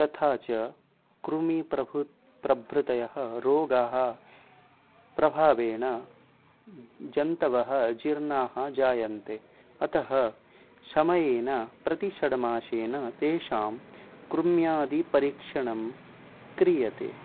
तथा च कृमिः प्रभृतयः प्रभृतयः रोगाणां प्रभावेण जन्तवः जीर्णाः जायन्ते अतः समयेन प्रतिषड्मासेन तेषां कृम्यादिपरीक्षणं क्रियते